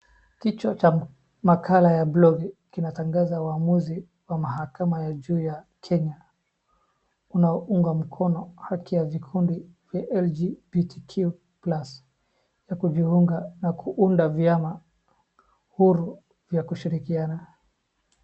Kichwa cha makala ya BLOG kinatangaza uamuzi wa mahakama juu ya Kenya. Unaunga mkono haki ya vikundi vya LGBTQ+ na kuunda vyama huru ya kushirikiana.